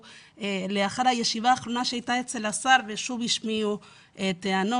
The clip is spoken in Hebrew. ולאחר הישיבה האחרונה שהייתה אצל השר ושוב השמיעו טענות.